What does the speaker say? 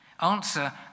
Answer